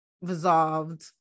resolved